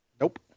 Nope